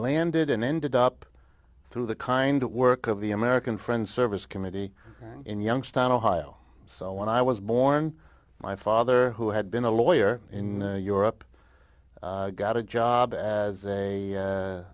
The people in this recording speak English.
landed and ended up through the kind of work of the american friends service committee in youngstown ohio so when i was born my father who had been a lawyer in europe got a job as a